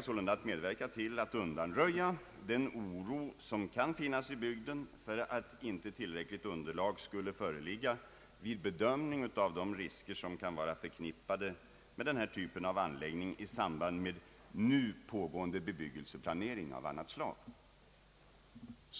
sålunda angelägna om att medverka till att undanröja den oro som kan finnas i bygden för att inte tillräckligt underlag skulle föreligga vid bedömningen av de risker som kan vara förknippade med denna typ av anläggning i samband med nu pågående bebyggelseplanering av annat slag.